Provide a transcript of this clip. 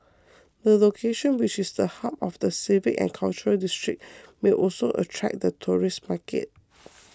the location which is the hub of the civic and cultural district may also attract the tourist market